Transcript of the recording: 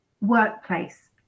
workplace